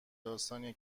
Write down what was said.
داستانیه